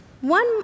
One